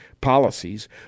policies